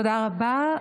תודה רבה.